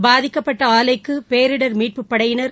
பாதிக்கப்பட்ட ஆலைக்கு பேரிடர் மீட்புப் படையினர்